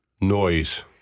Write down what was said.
noise